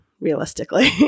realistically